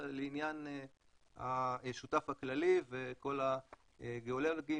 זה לעניין השותף הכללי וכל הגיאולוגים